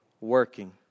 working